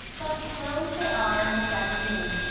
but sloanes they are and must ever remain,